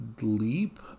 leap